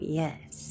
yes